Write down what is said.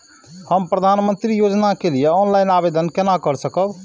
हम प्रधानमंत्री योजना के लिए ऑनलाइन आवेदन केना कर सकब?